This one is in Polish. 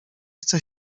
chce